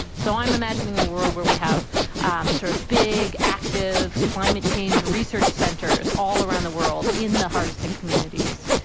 so i'm imagining a world where we have um sort of big active climate change research centers all around the world in the hardest hit communities.